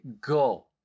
go